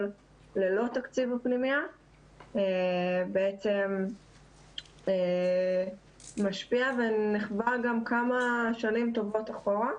ללא תקציב הפנימייה בעצם משפיע ונחבא גם כמה שנים טובות קדימה.